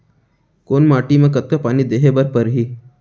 कोन माटी म कतका पानी देहे बर परहि?